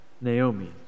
Naomi